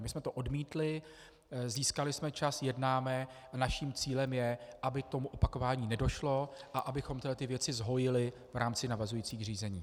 My jsme to odmítli, získali jsme čas, jednáme, naším cílem je, aby k tomu opakování nedošlo a abychom tyto věci zhojili v rámci navazujících řízeních.